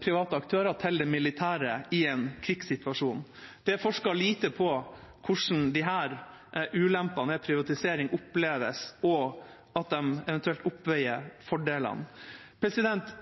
private aktører til det militære i en krigssituasjon. Det er forsket lite på hvordan disse ulempene ved privatisering oppleves, og om de eventuelt oppveier fordelene.